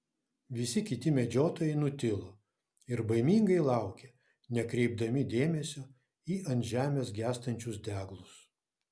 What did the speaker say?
visi kiti medžiotojai nutilo ir baimingai laukė nekreipdami dėmesio į ant žemės gęstančius deglus